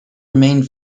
remained